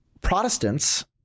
Protestants